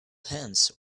hands